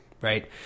right